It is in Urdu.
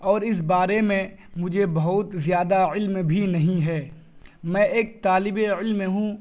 اور اس بارے میں مجھے بہت زیادہ علم بھی نہیں ہے میں ایک طالب علم ہوں